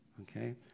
Okay